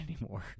anymore